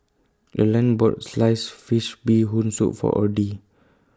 Lurline bought Sliced Fish Bee Hoon Soup For Odie